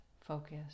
focus